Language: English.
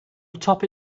atop